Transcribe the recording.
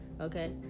okay